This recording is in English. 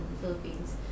philippines